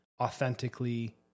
authentically